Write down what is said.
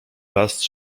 raz